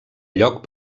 lloc